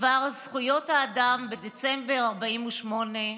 בדבר זכויות האדם בדצמבר 1948: